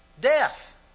death